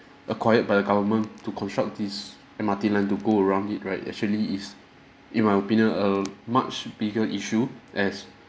acquired by the government to construct this M_R_T line to go around it right actually is in my opinion a much bigger issue as